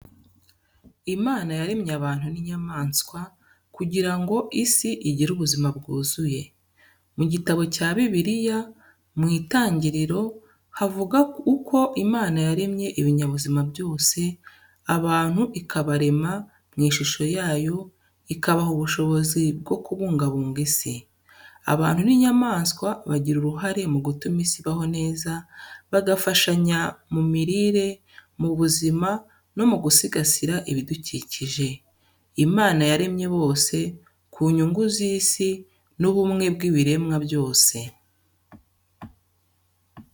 Imana yaremye abantu n’inyamaswa, kugira ngo isi igire ubuzima bwuzuye. Mu gitabo cya Bibiliya, mu Itangiriro havuga uko Imana yaremye ibinyabuzima byose, abantu ikabarema mu ishusho yayo, ikabaha ubushobozi bwo kubungabunga isi. Abantu n’inyamaswa bagira uruhare mu gutuma isi ibaho neza, bagafashanya mu mirire, mu buzima no mu gusigasira ibidukikije. Imana yabaremye bose ku nyungu z’isi n’ubumwe bw'ibiremwa byose.